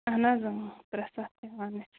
اَہَن حظ ترٛےٚ ساس چھِ ہٮ۪وان أسۍ